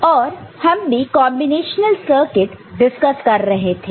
और हम भी कॉन्बिनेशनल सर्किट डिस्कस कर रहे थे